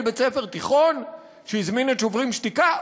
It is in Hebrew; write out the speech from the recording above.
בית-ספר תיכון שהזמין את "שוברים שתיקה"?